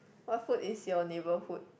what food is your neighbourhood